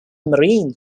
marine